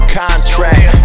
contract